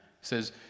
says